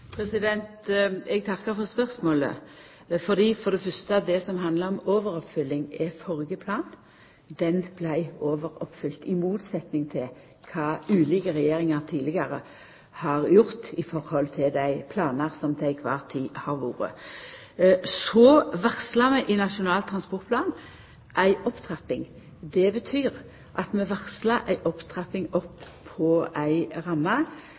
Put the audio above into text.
Eg takkar for spørsmålet. For det fyrste: Når det gjeld overoppfylling, er det den førre planen. Han vart overoppfyld – i motsetning til kva ulike regjeringar tidlegare har klart når det gjeld dei planane som til kvar tid har vore. Så varsla vi i Nasjonal transportplan ei opptrapping. Det betyr at vi varslar ei opptrapping av ei ramme,